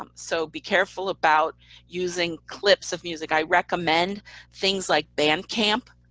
um so be careful about using clips of music. i recommend things like bandcamp,